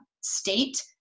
state